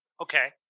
Okay